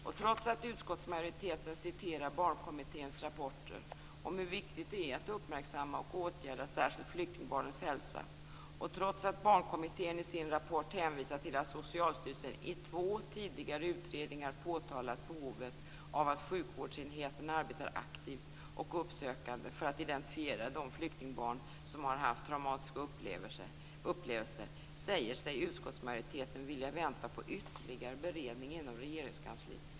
Och trots att utskottsmajoriteten citerar Barnkommitténs rapporter om hur viktigt det är att uppmärksamma och åtgärda särskilt flyktingbarnens hälsa och trots att Barnkommittén i sin rapport hänvisar till att Socialstyrelsen i två tidigare utredningar har påtalat behovet av att sjukvårdsenheterna arbetar aktivt och uppsökande för att identifiera de flyktingbarn som har haft traumatiska upplevelser, säger sig utskottsmajoriteten vilja vänta på ytterligare beredning inom Regeringskansliet.